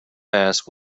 masks